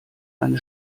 eine